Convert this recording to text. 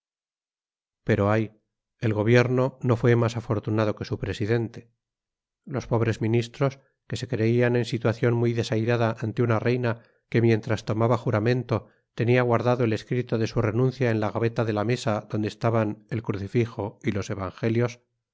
pero ay el gobierno no fue más afortunado que su presidente los pobres ministros que se creían en situación muy desairada ante una reina que mientras tomaba juramento tenía guardado el escrito de su renuncia en la gaveta de la mesa donde estaban el crucifijo y los evangelios